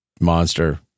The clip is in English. monster